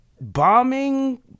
bombing